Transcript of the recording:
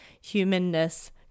humanness